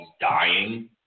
dying